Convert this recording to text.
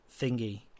Thingy